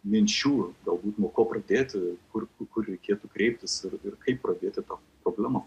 minčių galbūt nuo ko pridėti kur kur reikėtų kreiptis ir ir kaip pradėti tą problema